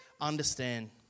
understand